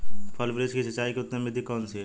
फल वृक्ष की सिंचाई की उत्तम विधि कौन सी है?